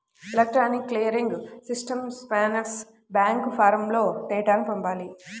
electronic clearing సిస్టమ్కి sponsor bank ఫారమ్లో డేటాను పంపాలి